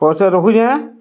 ପଇସା ରଖୁଛି ନା